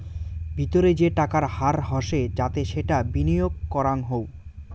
ভিতরে যে টাকার হার হসে যাতে সেটা বিনিয়গ করাঙ হউ